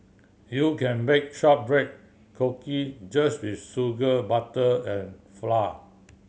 you can bake shortbread cookie just with sugar butter and flour